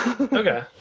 Okay